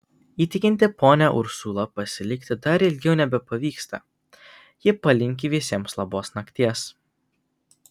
įtikinti ponią ursulą pasilikti dar ilgiau nebepavyksta ji palinki visiems labos nakties